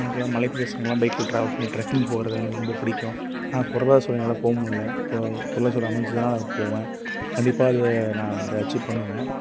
அங்கேலாம் மலை பிரதேசங்களுக்குலாம் பைக்கில ட்ராவல் பண்ணி ட்ரக்கிங் போகறது ரொம்ப பிடிக்கும் ஆனா பொருளாதார சூழ்நிலையால் போ முடியல பொ பொருளாக சூழ அமைஞ்சதுன்னா நான் போவேன் கண்டிப்பாக அது நான் வந்து அச்சீவ் பண்ணுவேன்